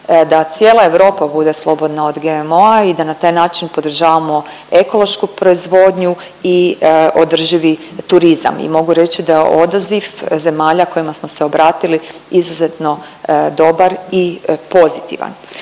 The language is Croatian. da cijela Europa bude slobodna od GMO-a i da na taj način podržavamo ekološku proizvodnju i održivi turizam i mogu reći da je odaziv zemalja kojima smo se obratili izuzetno dobar i pozitivan.